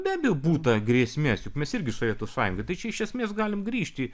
be abejo būta grėsmės juk mes irgi sovietų sąjungoj tai čia iš esmės galim grįžti